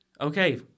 Okay